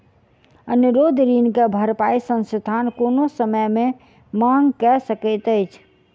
अनुरोध ऋण के भरपाई संस्थान कोनो समय मे मांग कय सकैत अछि